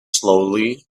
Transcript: slowly